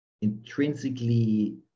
intrinsically